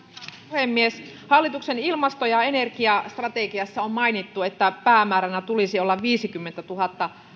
puhemies hallituksen ilmasto ja energiastrategiassa on mainittu että päämääränä tulisi olla viisikymmentätuhatta